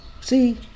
See